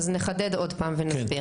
עוד פעם, אז נחדד עוד פעם ונסביר.